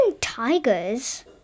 tigers